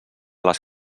les